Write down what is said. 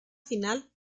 final